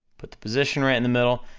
put the position right in the middle,